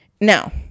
now